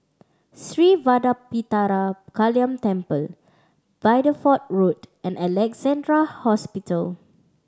Sri Vadapathira Kaliamman Temple Bideford Road and Alexandra Hospital